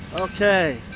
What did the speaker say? okay